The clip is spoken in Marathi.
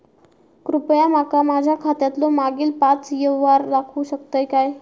कृपया माका माझ्या खात्यातलो मागील पाच यव्हहार दाखवु शकतय काय?